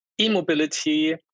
e-mobility